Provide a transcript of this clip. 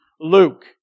Luke